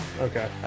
okay